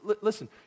Listen